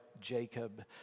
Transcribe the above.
Jacob